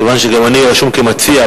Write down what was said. כיוון שגם אני רשום כמציע,